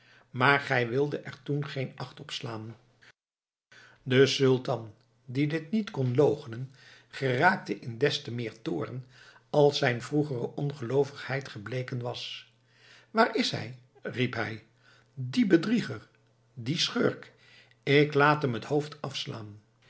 maar gij wildet er toen geen acht op slaan de sultan die dit niet kon loochenen geraakte in des te meer toorn als zijn vroegere ongeloovigheid gebleken was waar is hij riep hij die bedrieger die schurk ik laat hem het hoofd afslaan